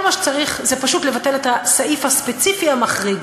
כל מה שצריך זה פשוט לבטל את הסעיף הספציפי המחריג.